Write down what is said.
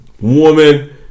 woman